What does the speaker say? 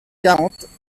quarante